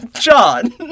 John